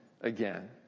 again